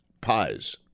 Pies